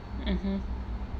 mmhmm